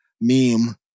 meme